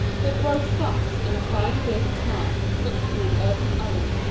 but roast ducks and a fine baked pike, cooked in an earthen oven,